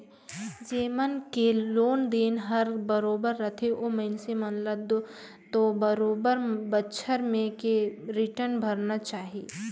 जेमन के लोन देन हर बरोबर रथे ओ मइनसे मन ल तो बरोबर बच्छर में के रिटर्न भरना ही चाही